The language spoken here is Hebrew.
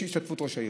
בהשתתפות ראש העיר,